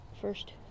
first